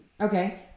okay